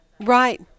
right